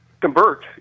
convert